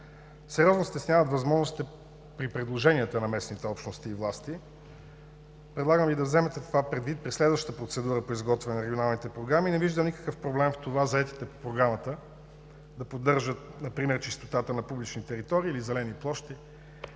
сериозно стесняват възможностите при предложенията на местните общности и власти. Предлагам Ви да вземете това предвид при следващата процедура по изготвяне на регионалните програми. Не виждам никакъв проблем в това заетите по програмата да поддържат например чистотата на публичните територии или зелени площи